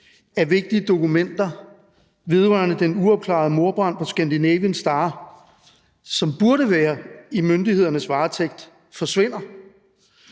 at vigtige dokumenter vedrørende den uopklarede mordbrand på »Scandinavian Star«, som burde være i myndighedernes varetægt, forsvinder